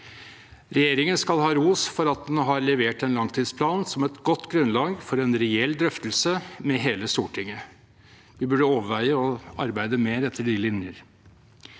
Regjeringen skal ha ros for at den har levert en langtidsplan som er et godt grunnlag for reell drøftelse med hele Stortinget. Vi burde overveie å arbeide mer etter de linjer.